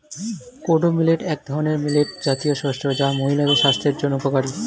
kodo millet এক ধরনের millet জাতীয় শস্য যা মহিলাদের স্বাস্থ্যের জন্য উপকারী